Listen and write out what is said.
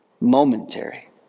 momentary